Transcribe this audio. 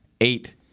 eight